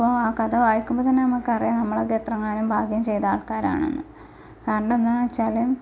അപ്പോൾ ആ കഥ വായിക്കുമ്പോൾ തന്നെ നമുക്കറിയാം നമ്മളെക്കെ എത്രമാത്രം ഭാഗ്യം ചെയ്ത ആള്ക്കാരാണെന്ന് കാരണം എന്താന്ന് വെച്ചാൽ